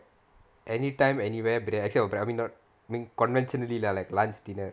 anytime anywhere biryani except probably not I mean conventionally lah like lunch dinner